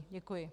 Děkuji.